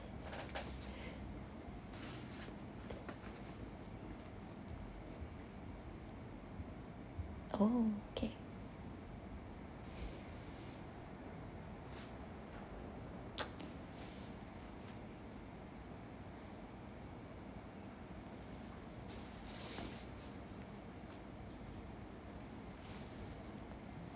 oh okay